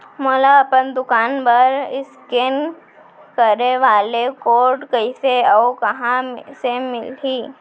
मोला अपन दुकान बर इसकेन करे वाले कोड कइसे अऊ कहाँ ले मिलही?